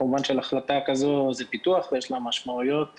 כמובן שהחלטה כזו זה פיתוח ויש לה משמעויות,